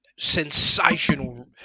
sensational